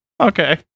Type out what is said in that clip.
Okay